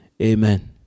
Amen